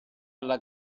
alla